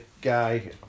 guy